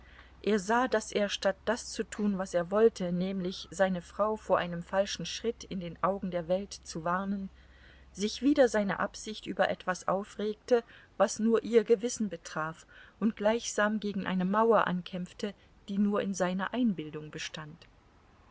er sah daß er statt das zu tun was er wollte nämlich seine frau vor einem falschen schritt in den augen der welt zu warnen sich wider seine absicht über etwas aufregte was nur ihr gewissen betraf und gleichsam gegen eine mauer ankämpfte die nur in seiner einbildung bestand